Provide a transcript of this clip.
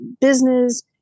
business